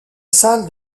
salle